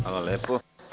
Hvala lepo.